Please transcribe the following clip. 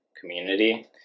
community